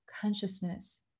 consciousness